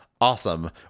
Awesome